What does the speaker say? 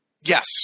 Yes